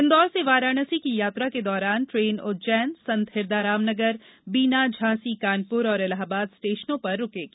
इंदौर से वाराणसी की यात्रा के दौरान ट्रेन उज्जैन संत हिरदाराम नगर बीना झांसी कानपुर और इलाहाबाद स्टेशनों पर रूकेगी